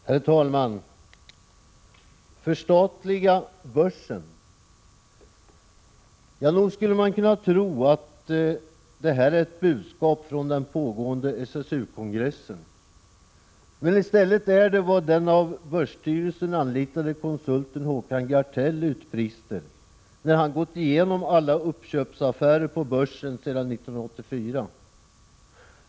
Herr talman! ”Förstatliga börsen!” Ja, nog skulle man kunna tro att det är ett budskap från den pågående SSU-kongressen. Men i stället är det vad den av börsstyrelsen anlitade konsulten Håkan Gartell utbrister när han gått igenom alla uppköpsaffärer på börsen sedan 1984.